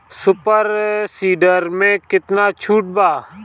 Super seeder मै कितना छुट बा?